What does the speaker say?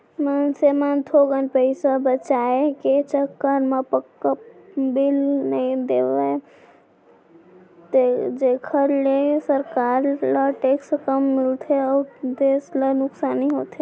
मनसे मन थोकन पइसा बचाय के चक्कर म पक्का बिल नइ लेवय जेखर ले सरकार ल टेक्स कम मिलथे अउ देस ल नुकसानी होथे